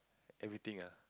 everything ah